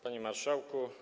Panie Marszałku!